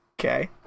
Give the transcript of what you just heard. Okay